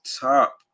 top